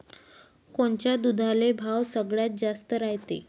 कोनच्या दुधाले भाव सगळ्यात जास्त रायते?